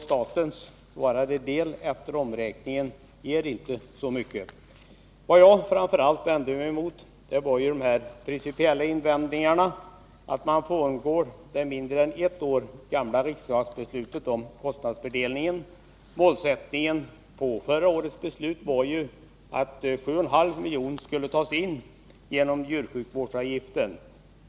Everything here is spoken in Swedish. Statens del, efter omräkningen, blir alltså inte så stor. Vad jag framför allt vände mig emot var detta att man frångår det mindre än ett år gamla riksdagsbeslutet om kostnadsfördelningen. Målsättningen när det gällde förra årets beslut var ju att 7,5 milj.kr. skulle tas in i form av djursjukvårdsavgifter.